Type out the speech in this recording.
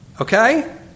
Okay